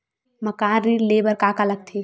मकान ऋण ले बर का का लगथे?